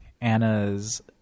Anna's